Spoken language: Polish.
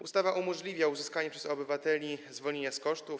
Ustawa umożliwia uzyskanie przez obywateli zwolnienia z kosztów.